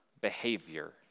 behavior